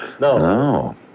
No